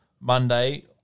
Monday